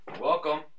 Welcome